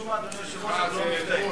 משום מה, אדוני היושב-ראש, אנחנו לא מופתעים.